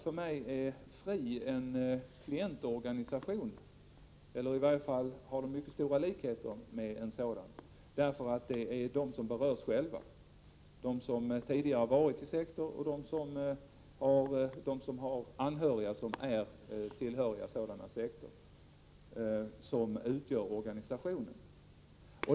För mig är FRI en klientorganisation, eller har i varje fall mycket stora likheter med en sådan, därför att det är de som berörs — de som tidigare har varit med i olika sekter och de som har anhöriga som tillhör sådana sekter — som utgör organisationen.